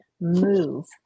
move